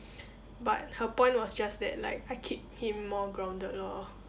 but her point was just that like I keep him more grounded lor